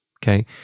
Okay